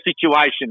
situation